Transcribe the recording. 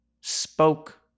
spoke